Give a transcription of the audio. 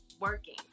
working